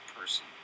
person